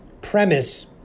premise